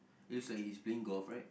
it's like his playing golf right